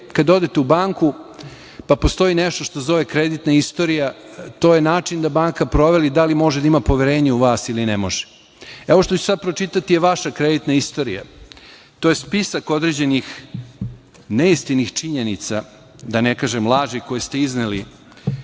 kada odete u banku, pa postoji nešto što se zove kreditna istorija, a to je način da banka proveri da li može da ima poverenje u vas ili ne može. Ovo što ću sada pročitati je vaša kreditna istorija. To je spisak određenih neistinitih činjenica, da ne kažem laži, koje ste izneli,